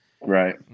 Right